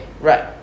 Right